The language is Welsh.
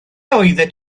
oeddet